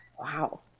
Wow